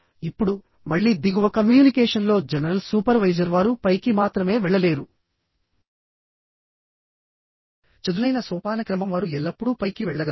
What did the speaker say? ఇప్పుడు మళ్ళీ దిగువ కమ్యూనికేషన్లో జనరల్ సూపర్వైజర్ వారు పైకి మాత్రమే వెళ్ళలేరు చదునైన సోపానక్రమం వారు ఎల్లప్పుడూ పైకి వెళ్ళగలరు